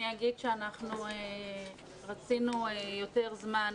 אנחנו רצינו יותר זמן